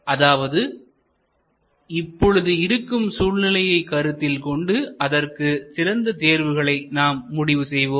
அதாவது இப்பொழுது இருக்கும் சூழ்நிலையை கருத்தில் கொண்டு அதற்கு சிறந்த தேர்வுகளை நாம் முடிவு செய்வோம்